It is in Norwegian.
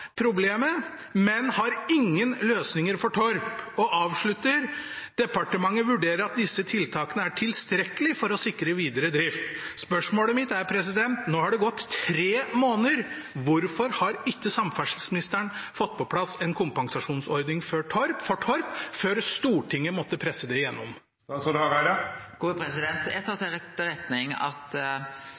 problemet, men har ingen løsninger for Torp, og han avslutter med: «Departementet vurderer at disse tiltakene er tilstrekkelig for å sikre videre drift.» Spørsmålet mitt er: Nå har det gått tre måneder. Hvorfor har ikke samferdselsministeren fått på plass en kompensasjonsordning for Torp før Stortinget måtte presse det igjennom? Eg tar til etterretning at